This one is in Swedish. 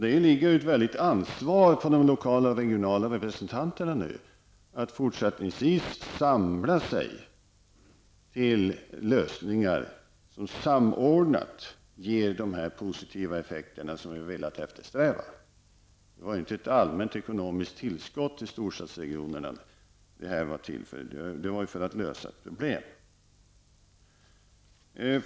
Det ligger här ett stort ansvar på de lokala och regionala representanterna att i fortsättningen samla sig till kring lösningar som samordnat ger de positiva effekter som vi har velat eftersträva. Den utlovade miljarden var ju inte till för att ge ett allmänt ekonomiskt tillskott till storstadsregionerna utan för att lösa ett problem.